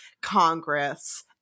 Congress